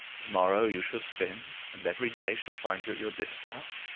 to-morrow you shall spin, and every day shall find you at your distaff.